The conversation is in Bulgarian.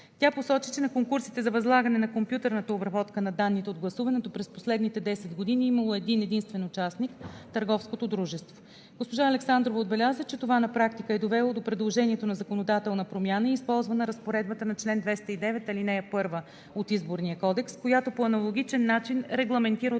Тя посочи, че на конкурсите за възлагане на компютърната обработка на данните от гласуването през последните 10 години е имало един-единствен участник – търговското дружество. Госпожа Александрова отбеляза, че това на практика е довело до предложението за законодателна промяна и е използвана разпоредбата на чл. 209, ал. 1 от Изборния кодекс, която по аналогичен начин регламентира